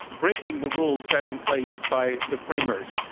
breaking the rules set in place by the framers.